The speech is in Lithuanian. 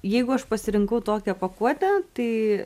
jeigu aš pasirinkau tokią pakuotę tai